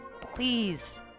please